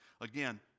Again